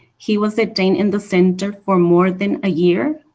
he was detained in the center for more than a year.